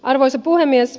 arvoisa puhemies